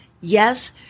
Yes